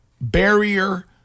Barrier